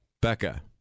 Becca